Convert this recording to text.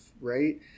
right